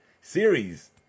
series